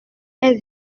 est